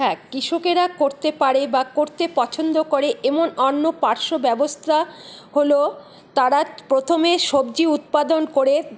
হ্যাঁ কৃষকেরা করতে পারে বা করতে পছন্দ করে এমন অন্য পার্শ্ব ব্যবস্থা হলো তারা প্রথমে সবজি উৎপাদন করে